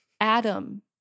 Adam